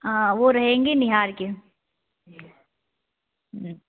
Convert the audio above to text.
हाँ वो रहेंगे निहार के